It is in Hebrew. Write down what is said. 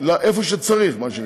איפה שצריך, מה שנקרא,